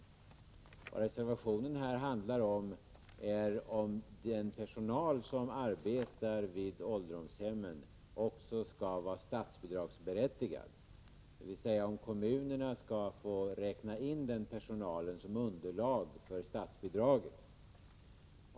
Vad reservationen handlar om är om den personal som arbetar vid ålderdomshemmen också skall vara statsbidragsberättigad, dvs. om kommunerna skall få räkna in den personalen som underlag för statsbidraget.